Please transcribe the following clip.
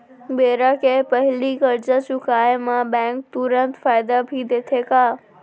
बेरा के पहिली करजा चुकोय म बैंक तुरंत फायदा भी देथे का?